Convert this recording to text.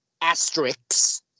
asterisks